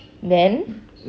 then